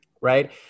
Right